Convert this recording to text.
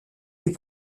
les